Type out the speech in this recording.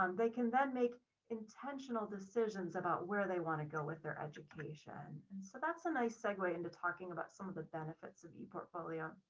um they can then make intentional decisions about where they want to go with their education. and so that's a nice segue into talking about some of the benefits of the portfolio.